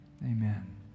amen